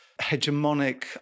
hegemonic